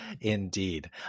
indeed